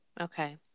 Okay